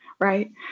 right